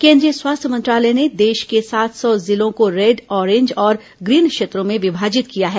केंद्रीय स्वास्थ्य मंत्रालय ने देश के सात सौ जिलों को रेड ऑरेंज और ग्रीन क्षेत्रों में विभाजित किया है